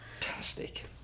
fantastic